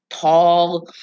tall